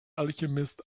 alchemist